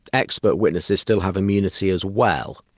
expert witnesses still have immunity as well.